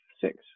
six